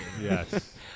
Yes